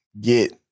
get